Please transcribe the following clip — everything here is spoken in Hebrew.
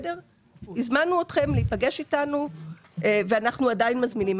היזמנו אתכם להיפגש איתנו ואנחנו עדיין מזמינים.